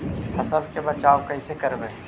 फसल के बचाब कैसे करबय?